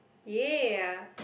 ya